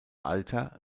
alter